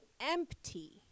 empty